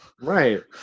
Right